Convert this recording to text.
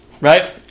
right